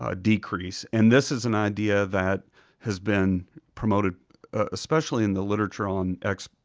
ah decrease. and this is an idea that has been promoted especially in the literature on expertise,